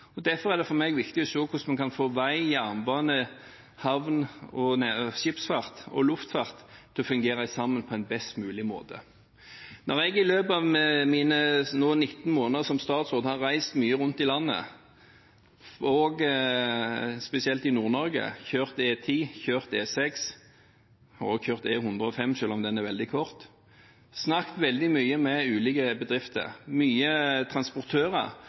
transportbehov. Derfor er det for meg viktig å se hvordan vi kan få vei, jernbane, havn, skipsfart og luftfart til å fungere sammen på best mulig måte. Jeg har i løpet av mine nå 19 måneder som statsråd reist mye rundt i landet, og spesielt i Nord-Norge, kjørt E10, E6 – og E105, selv om den er veldig kort – og har snakket veldig mye med ulike bedrifter og mange transportører,